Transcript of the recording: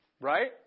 right